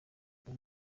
ubu